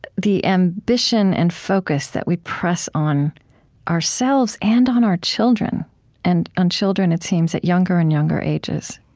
the ambition and focus that we press on ourselves and on our children and on children, it seems, at younger and younger ages